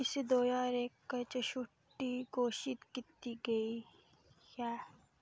इसी दो ज्हार इक च छुट्टी घोशत कीती गेई ऐ